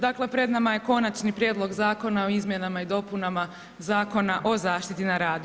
Dakle pred nama je konačni prijedlog zakona o izmjenama i dopunama Zakona o zaštiti na radu.